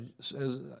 says